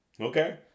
okay